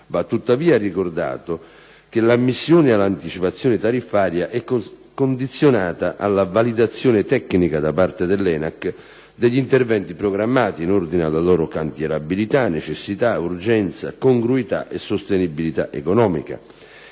Va tuttavia ricordato che l'ammissione all'anticipazione tariffaria è condizionata alla validazione tecnica da parte dell'ENAC degli interventi programmati - in ordine alla loro cantierabilità, necessità, urgenza, congruità e sostenibilità economica